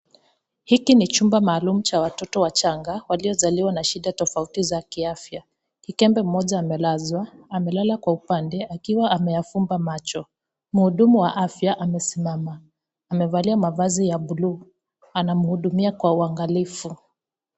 Hiki ni chumba maalum cha watoto wachanga waliozaliwa na shida tofauti za kiafya, kikembe mmoja amelazwa amelala Kwa upande akiwa ameyavumba machao ,mhuhudumu wa afya amesinama amevalia mavazi ya bluu, anamuhudumia Kwa uangalifu.